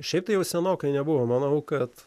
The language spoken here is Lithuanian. šiaip tai jau senokai nebuvo manau kad